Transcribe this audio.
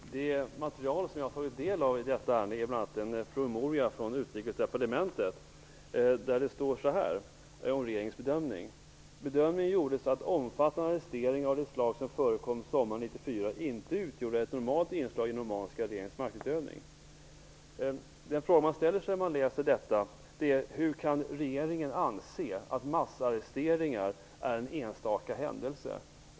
Fru talman! Det material jag har tagit del av i detta ärende är bl.a. en promemoria från Utrikesdepartementet där det står så här om regeringens bedömning: "Bedömningen gjordes att omfattande arresteringar av de slag som förekom sommaren 1994 inte utgjorde ett normalt inslag i den omanska regeringens maktutövning". Den fråga man ställer sig när man läser detta är hur regeringen kan anse att massarresteringar är en enstaka händelse.